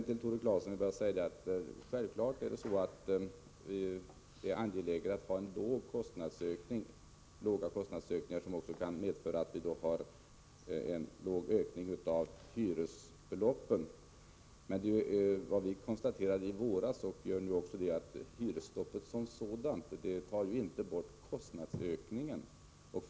Till Tore Claeson vill jag säga att självfallet är det angeläget att ha små kostnadsökningar, som då också kan medföra att ökningen av hyresbeloppen blir liten. Men vad vi konstaterade i våras och vad vi konstaterar även nu är att hyresstoppet som sådant inte leder till att kostnadsökningen försvinner.